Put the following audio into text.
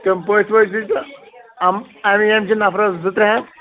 تِم پٔژھۍ ؤژھۍ تہِ چھِ یِم اَمہِ ییٚمہِ چھِ نَفرس زٕ ترٛےٚ ہتھ